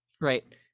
Right